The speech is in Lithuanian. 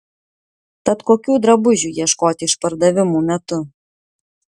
tad kokių drabužių ieškoti išpardavimų metu